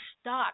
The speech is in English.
stuck